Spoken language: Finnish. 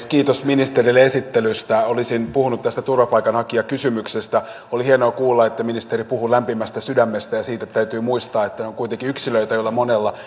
kiitos ministerille esittelystä olisin puhunut tästä turvapaikanhakijakysymyksestä on hienoa kuulla että ministeri puhuu lämpimästä sydämestä ja siitä että täytyy muistaa että he ovat kuitenkin yksilöitä joilla monella